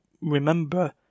remember